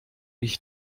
ich